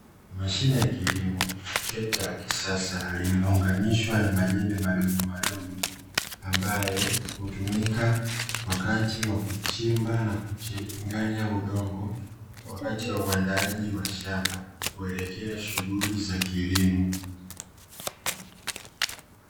Mashine ya kilimo trekta ya kisasa iliyounganishwa na majembe madogomadogo, ambayo hutumika wakati wa kuchimba na kuchanganya udongo wakati wa uwandaaji wa shamba kuelekea shughuli za kilimo.